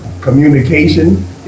communication